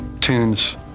tunes